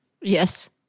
Yes